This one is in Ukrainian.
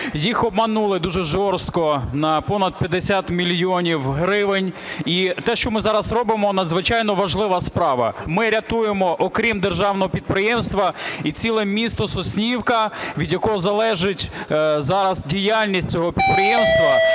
їх обманули дуже жорстко на понад 50 мільйонів гривень. І те, що ми зараз робимо – надзвичайно важлива справа. Ми рятуємо, окрім державного підприємства, і ціле місто Соснівка, від якого залежить зараз діяльність цього підприємства.